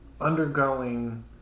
undergoing